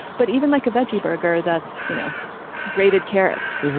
but even like a veggie burger that's you know grated carrots.